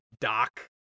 Doc